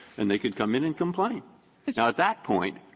and they can come in and complain. now at that point,